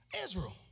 Israel